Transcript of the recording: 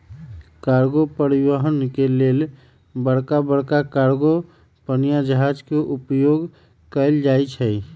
cargo परिवहन के लेल बड़का बड़का कार्गो पनिया जहाज के उपयोग कएल जाइ छइ